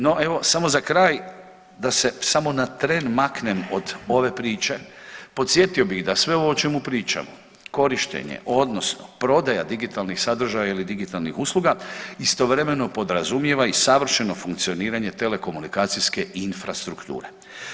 No evo samo za kraj da se samo na tren maknem od ove priče, podsjetio bih da sve ovo o čemu pričamo korištenje odnosno prodaja digitalnih sadržaja ili digitalnih usluga istovremeno podrazumijeva i savršeno funkcioniranje telekomunikacijske infrastrukture.